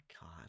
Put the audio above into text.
God